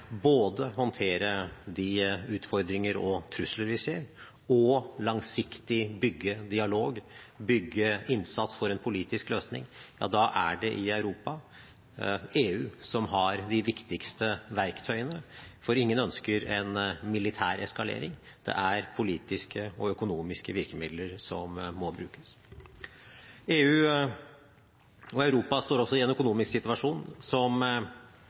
håndtere de utfordringer og trusler vi ser, og langsiktig bygge dialog og innsats for en politisk løsning, da er det i Europa EU som har de viktigste verktøyene, for ingen ønsker en militær eskalering. Det er politiske og økonomiske virkemidler som må brukes. EU og Europa står også i en økonomisk situasjon som